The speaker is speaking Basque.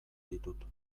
ditut